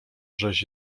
żeś